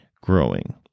growing